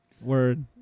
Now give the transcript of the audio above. word